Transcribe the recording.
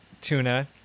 tuna